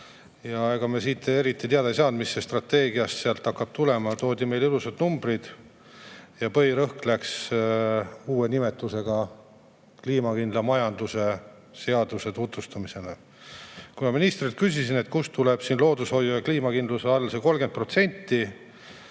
Ega me siit eriti teada ei saanud, mis sealt strateegiast hakkab tulema. Toodi meie ette ilusad numbrid ja põhirõhk läks uue nimetusega kliimakindla majanduse seaduse tutvustamisele. Kui ma ministrilt küsisin, kust tuleb siin loodushoiu ja kliimakindluse all see 30%,